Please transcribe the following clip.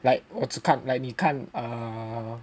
like 只看 like 你看 err